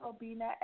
Robina